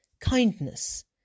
kindness